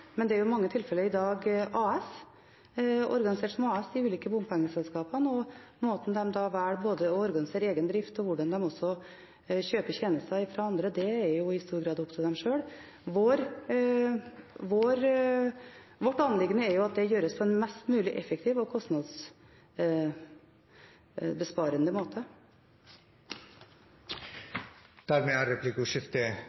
men de ulike bompengeselskapene er i dag i mange tilfeller organisert som et AS. Måten de velger å organisere egen drift på, og hvordan de kjøper tjenester fra andre, er i stor grad opp til dem sjøl. Vårt anliggende er at det gjøres på en mest mulig effektiv og kostnadsbesparende